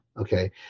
okay